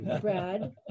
Brad